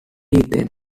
then